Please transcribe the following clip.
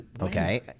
okay